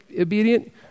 obedient